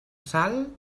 sal